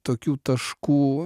tokių taškų